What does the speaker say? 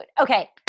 Okay